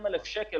20,000 שקל.